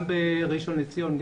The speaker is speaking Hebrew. גם בראשון לציון,